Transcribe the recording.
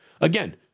Again